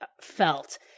felt